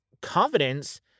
confidence